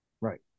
Right